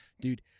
dude